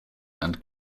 and